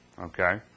Okay